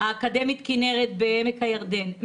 האקדמית כנרת בעמק הירדן,